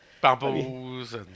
Bubbles